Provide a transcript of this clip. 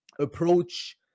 approach